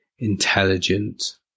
intelligent